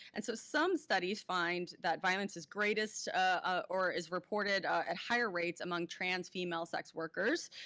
and so some studies find that violence is greatest ah or is reported at higher rates among trans female sex workers